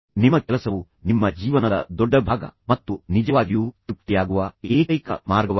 ನಿಮ್ಮ ಕೆಲಸವು ನಿಮ್ಮ ಜೀವನದ ದೊಡ್ಡ ಭಾಗವನ್ನು ತುಂಬುತ್ತದೆ ಮತ್ತು ನಿಜವಾಗಿಯೂ ತೃಪ್ತಿಯಾಗುವ ಏಕೈಕ ಮಾರ್ಗವಾಗಿದೆ